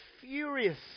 furious